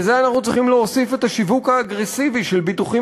לזה אנחנו צריכים להוסיף את השיווק האגרסיבי של ביטוחים